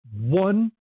one